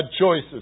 choices